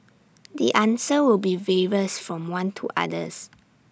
the answer will be various from one to others